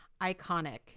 iconic